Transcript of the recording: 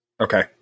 Okay